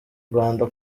rwanda